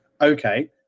okay